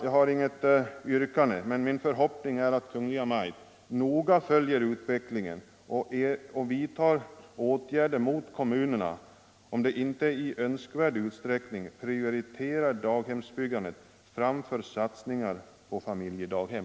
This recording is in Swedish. Jag har inget yrkande, men det är min förhoppning att Kungl. Maj:t noga skall följa utvecklingen och vidta åtgärder mot kommunerna om de inte i önskvärd utsträckning prioriterar daghemsbyggandet framför satsningar på familjedaghem.